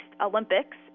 Olympics